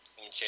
Okay